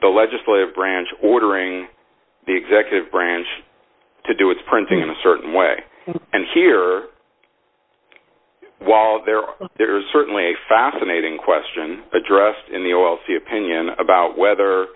the legislative branch ordering the executive branch to do its printing in a certain way and here while there are there is certainly a fascinating question addressed in the o o c opinion about whether